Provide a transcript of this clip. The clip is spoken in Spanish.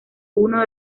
uno